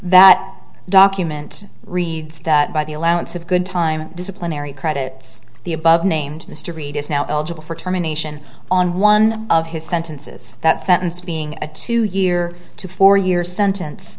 that document reads that by the allowance of good time disciplinary credits the above named mr reid is now eligible for terminations on one of his sentences that sentence being a two year to four year sentence